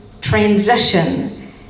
transition